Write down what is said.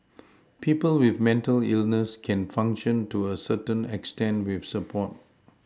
people with mental illness can function to a certain extent with support